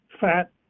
fat